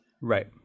Right